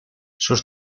sus